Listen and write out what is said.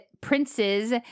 princes